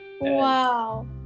Wow